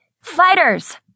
fighters